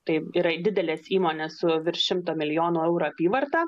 tai yra didelės įmonės su virš šimto milijonų eurų apyvarta